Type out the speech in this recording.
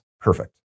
perfect